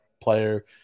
player